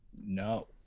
No